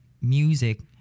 music